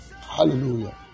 Hallelujah